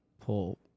pull